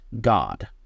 God